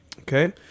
Okay